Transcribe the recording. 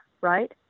right